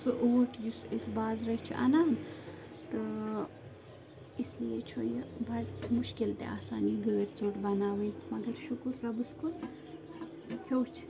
سُہ اوٹ یُس أسۍ بازرَے چھِ اَنان تہٕ اسلیے چھُ یہِ بَڑ مُشکِل تہِ آسان یہِ گٲرۍ ژوٚٹ بَناوٕنۍ مَگر شُکُر رۄبَس کُن ہیوٚچھ